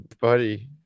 buddy